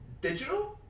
digital